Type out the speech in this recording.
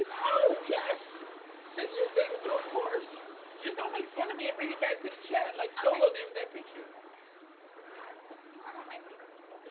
yeah oh, yes send your thing through of course just don't make fun of me and bring it back to the chat like soullow did with that picture god so you are on my favorite people.